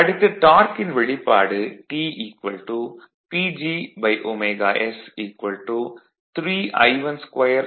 அடுத்து டார்க்கின் வெளிப்பாடு T PGωs 32 rfωs